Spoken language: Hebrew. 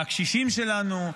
מהקשישים שלנו,